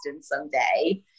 someday